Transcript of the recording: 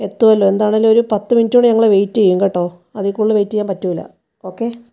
എത്തുമല്ലോ എന്താണെങ്കിലും ഒരു പത്ത് മിനിറ്റ് കൂടി ഞങ്ങൾ വെയിറ്റ് ചെയ്യും കേട്ടോ അതിൽ കൂടുതൽ വെയിറ്റ് ചെയ്യാൻ പറ്റില്ല ഓക്കേ